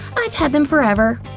i've had them forever.